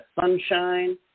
sunshine